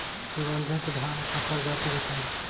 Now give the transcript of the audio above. सुगन्धित धान क प्रजाति बताई?